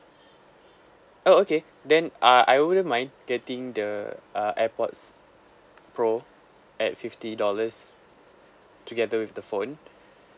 oh okay then uh I wouldn't mind getting the uh airpods pro at fifty dollars together with the phone